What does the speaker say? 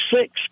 six